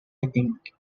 think